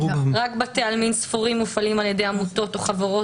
רק בתי עלמין ספורים מופעלים על-ידי עמותות או חברות